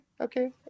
Okay